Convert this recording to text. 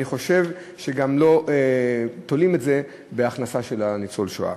אני חושב שגם לא תולים את זה בהכנסה של ניצול השואה.